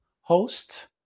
host